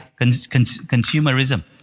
consumerism